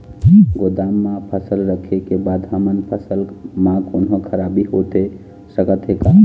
गोदाम मा फसल रखें के बाद हमर फसल मा कोन्हों खराबी होथे सकथे का?